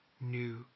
new